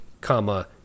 comma